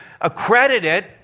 accredited